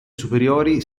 superiori